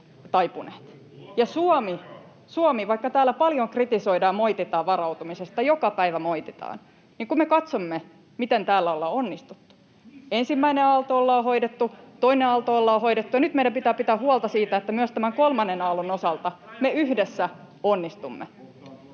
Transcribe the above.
Suomi — vaikka täällä paljon kritisoidaan ja moititaan varautumisesta, joka päivä moititaan, niin kun me katsomme, miten täällä ollaan onnistuttu: [Perussuomalaisten ryhmästä: Missä?] ensimmäinen aalto ollaan hoidettu, toinen aalto ollaan hoidettu, ja nyt meidän pitää pitää huolta siitä, että myös tämän kolmannen aallon osalta me yhdessä onnistumme.